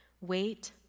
Wait